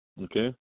Okay